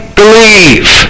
believe